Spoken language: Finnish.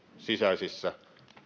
sisäisissä